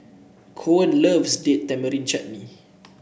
Koen loves Date Tamarind Chutney